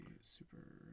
super